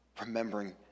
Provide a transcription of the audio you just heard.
remembering